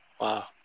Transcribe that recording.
Wow